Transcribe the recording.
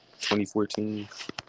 2014